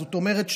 זאת אומרת,